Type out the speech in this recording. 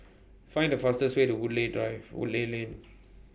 Find The fastest Way to Woodleigh Drive Woodleigh Lane